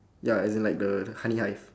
ya as in like the honey hive